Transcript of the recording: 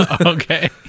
okay